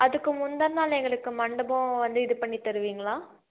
அதுக்கு முந்தின நாள் எங்களுக்கு மண்டபம் வந்து இது பண்ணி தருவீங்களா